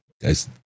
Guys